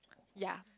ya